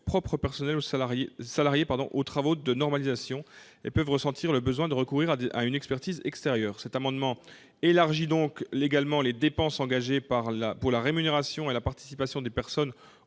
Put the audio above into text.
propre personnel salarié aux travaux de normalisation, et peuvent ressentir le besoin de recourir à une expertise extérieure. Cet amendement vise donc à élargir également aux dépenses engagées pour la rémunération et la participation des personnes